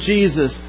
Jesus